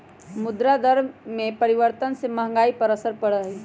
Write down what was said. मुद्रा दर में परिवर्तन से महंगाई पर असर पड़ा हई